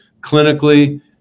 clinically